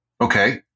Okay